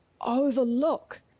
overlook